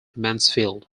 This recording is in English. mansfield